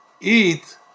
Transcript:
eat